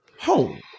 home